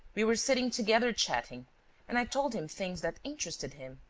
we were sitting together chatting and i told him things that interested him.